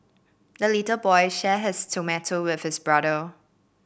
the little boy shared his tomato with his brother